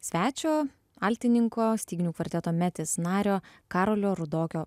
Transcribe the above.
svečio altininko styginių kvarteto metis nario karolio rudokio